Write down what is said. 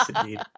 indeed